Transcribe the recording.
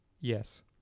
yes